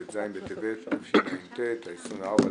ט"ז בטבת התשע"ט, 24.12.2018,